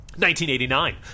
1989